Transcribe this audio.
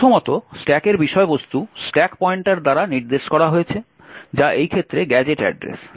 প্রথমত স্ট্যাকের বিষয়বস্তু স্ট্যাক পয়েন্টার দ্বারা নির্দেশ করা হয়েছে যা এই ক্ষেত্রে গ্যাজেট অ্যাড্রেস